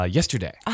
Yesterday